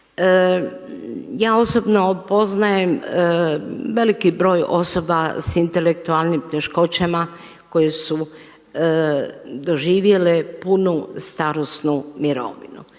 Ja osobno poznajem veliki broj osoba sa intelektualnim teškoćama koje su doživjele punu starosnu mirovinu.